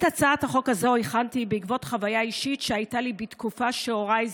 את הצעת החוק הזו הכנתי בעקבות חוויה אישית שהייתה לי בתקופה שהוריי,